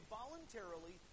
voluntarily